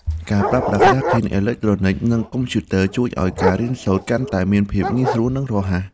ការប្រើប្រាស់ក្តារខៀនអេឡិចត្រូនិកនិងកុំព្យូទ័រជួយឱ្យការរៀនសូត្រកាន់តែមានភាពងាយស្រួលនិងរហ័ស។